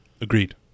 Agreed